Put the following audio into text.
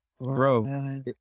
bro